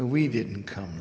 we didn't come